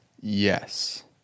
Yes